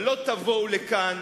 אבל לא תבואו לכאן,